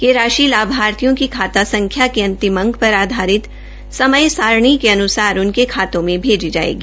यह राशि लाभार्थियों की खाता संख्या के अंतिम अंक पर आधारित समय सारणी के अन्सार उनके खातों में भेजी जायेगी